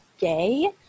gay